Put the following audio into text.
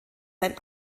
sein